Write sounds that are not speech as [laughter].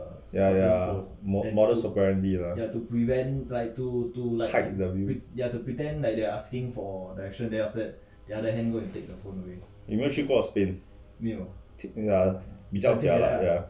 ya ya model apparently hide the 你有没有去过 spain [noise] ya